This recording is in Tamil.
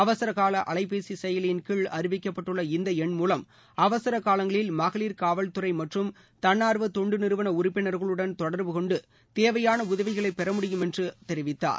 அவசரகால அலைபேசி செயலியின் கீழ் அறிவிக்கப்பட்டுள்ள இந்த என் மூலம் அவசர காலங்களில் மகளிர் காவல்துறை மற்றும் தன்னார்வ தொண்டு நிறுவன உறுப்பினர்களுடன் தொடர்புகொண்டு தேவையாள உதவிகளை பெற முடியும் என்று தெரிவித்தார்